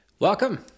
Welcome